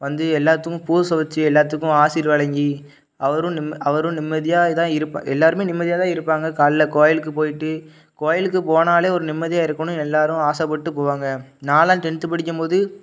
வந்து எல்லாத்துக்கும் பூஜை வச்சு எல்லாத்துக்கும் ஆசீர் வழங்கி அவரும் நிம் அவரும் நிம்மதியாக தான் இருப்பா எல்லோருமே நிம்மதியாக தான் இருப்பாங்க காலையில் கோவிலுக்கு போயிட்டு கோயிலுக்கு போனால் ஒரு நிம்மதியாக இருக்கும்னு எல்லோரும் ஆசைப்பட்டு போவாங்க நான்லாம் டென்த்து படிக்கும் போது